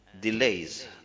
delays